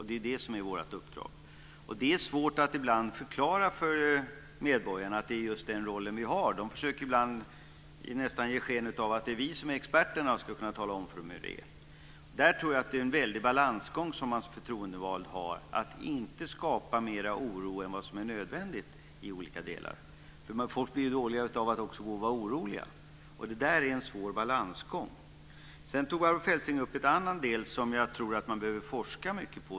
Det är det som är vårt uppdrag. Det är svårt att ibland förklara för medborgarna att det är just den rollen vi har. De försöker ibland nästan ge sken av att det är vi som är experterna och ska kunna tala om för dem hur det är. Jag tror att det är en svår balansgång man som förtroendevald har att inte skapa mer oro än vad som är nödvändigt i olika delar. Människor blir också dåliga av att gå och vara oroliga. Det där är en svår balansgång. Sedan tog Barbro Feltzing upp en annan del som jag tror att man behöver forska mycket om.